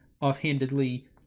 offhandedly